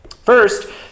First